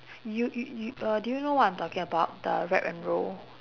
you you you uh do you know what I'm talking about the wrap and roll